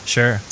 Sure